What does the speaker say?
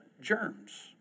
germs